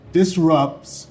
disrupts